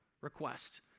request